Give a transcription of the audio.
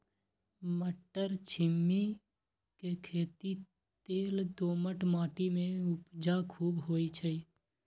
मट्टरछिमि के खेती लेल दोमट माटी में उपजा खुब होइ छइ